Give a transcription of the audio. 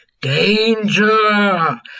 Danger